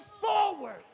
forward